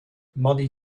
mollie